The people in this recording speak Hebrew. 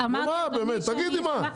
מה באמת תגידי מה.